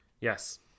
Yes